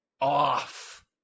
off